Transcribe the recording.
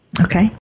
Okay